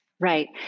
Right